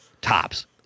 Tops